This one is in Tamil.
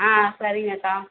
ஆ சரிங்கக்கா